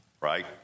right